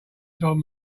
told